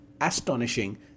astonishing